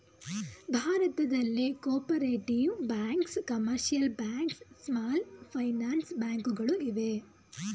ಭಾರತದಲ್ಲಿ cooperative banks, commercial banks, small finance bank ಗಳು ಇವೆ